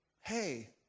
hey